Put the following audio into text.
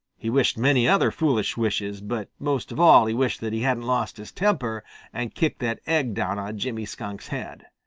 he wished many other foolish wishes, but most of all he wished that he hadn't lost his temper and kicked that egg down on jimmy skunk's head.